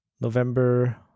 November